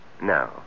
No